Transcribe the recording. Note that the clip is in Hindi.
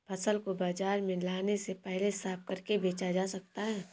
फसल को बाजार में लाने से पहले साफ करके बेचा जा सकता है?